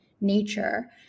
nature